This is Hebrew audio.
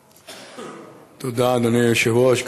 תודה, אדוני היושב-ראש.